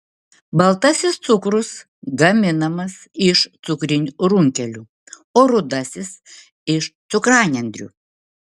baltasis cukrus gaminamas iš cukrinių runkelių o rudasis iš cukranendrių